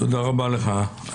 תודה רבה לך.